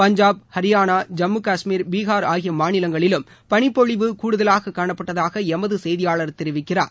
பஞ்சாப் அரியானா ஜம்முகாஷ்மீர் பீஹார் ஆகிய மாநிலங்களிலும் பனிபொழிவு கூடுதலாக காணப்பட்டதாக எமது செய்தியாளர் தெரிவிக்கிறார்